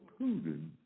Putin